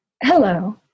Hello